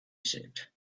said